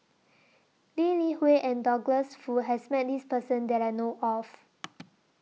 Lee Li Hui and Douglas Foo has Met This Person that I know of